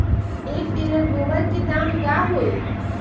एक टेलर गोबर के दाम का होई?